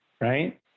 right